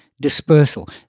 Dispersal